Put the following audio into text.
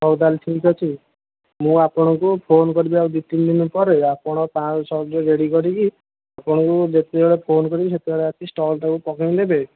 ହଉ ତା'ହେଲେ ଠିକ୍ ଅଛି ମୁଁ ଆପଣଙ୍କୁ ଫୋନ୍ କରିବି ଆଉ ଦୁଇ ତିନିଦିନ ପରେ ଆପଣ ପାଞ୍ଚଶହ ଛଅଶହ ରେଡ଼ି କରିକି ଆପଣଙ୍କୁ ମୁଁ ଯେତେବେଳେ ଫୋନ୍ କରିବି ସେତେବେଳେ ଆସି ଷ୍ଟଲ୍ଟାକୁ ପକାଇଦେବେ